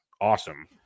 Awesome